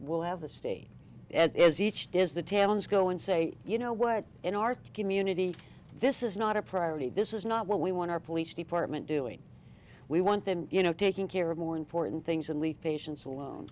will have the state ed as each does the tailings go and say you know what in our community this is not a priority this is not what we want our police department doing we want them you know taking care of more important things and leave patients alone